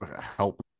help